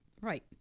Right